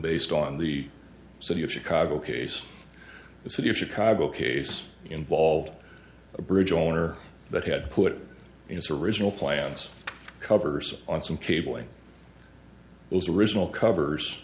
based on the city of chicago case the city of chicago case involved a bridge owner that had put his original plans covers on some cabling was original covers